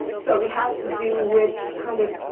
so it has to do with kind of